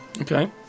Okay